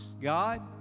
God